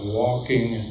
walking